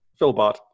philbot